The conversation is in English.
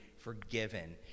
forgiven